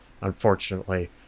unfortunately